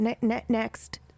next